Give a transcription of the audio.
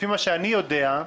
לפי מה שאני יודע,